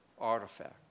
artifact